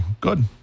Good